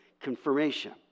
Confirmation